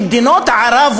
שמדינות ערב,